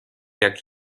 jak